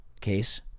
case